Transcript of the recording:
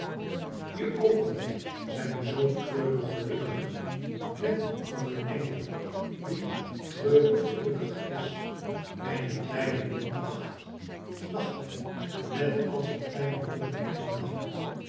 je oogen zijn zoo trcurig geiukfcig net van een engci aie trturig gelukkig is en je kleine mond lacht lacht net als een kleine blonde engel lacht